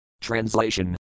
Translation